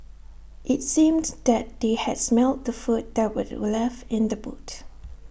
IT seemed that they had smelt the food that were left in the boot